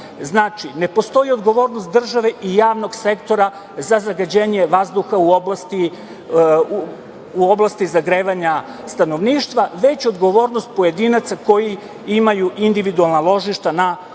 gas. Znači, ne postoji odgovornost države i javnog sektora za zagađenje vazduha u oblasti zagrevanja stanovništva, već odgovornost pojedinaca koji imaju individualna ložišta na fosilna